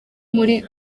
muri